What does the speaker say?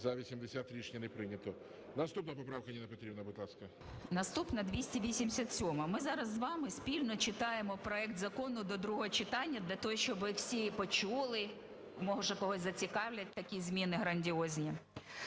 За-80 Рішення не прийнято. Наступна поправка, Ніна Петрівна, будь ласка. 14:12:43 ЮЖАНІНА Н.П. Наступна – 287-а. Ми зараз з вами спільно читаємо проект закону до другого читання для того, щоби всі почули, може, когось зацікавлять такі зміни грандіозні.